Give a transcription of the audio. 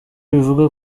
bivuga